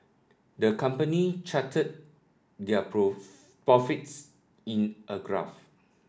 the company charted their profits in a graph